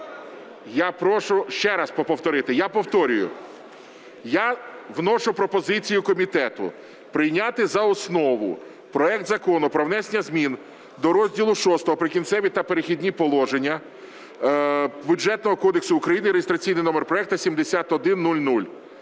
Я прошу… Ще раз повторити? Я повторюю. Я вношу пропозицію комітету прийняти за основу проект Закону про внесення змін до розділу VI "Прикінцеві та перехідні положення" Бюджетного кодексу України (реєстраційний номер проекту 7100).